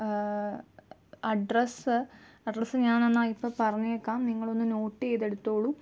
address address ഞാൻ എന്നാൽ ഇപ്പം പറഞ്ഞേക്കാം നിങ്ങൾ ഒന്ന് നോട്ട് ചെയ്ത് എടുത്തോളൂ